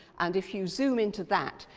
and if you zoom into that,